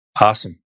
Awesome